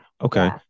Okay